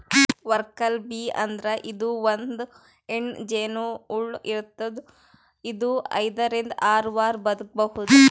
worker bee ಅಂದ್ರ ಇದು ಒಂದ್ ಹೆಣ್ಣ್ ಜೇನಹುಳ ಇರ್ತದ್ ಇದು ಐದರಿಂದ್ ಆರ್ ವಾರ್ ಬದ್ಕಬಹುದ್